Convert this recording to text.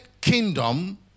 kingdom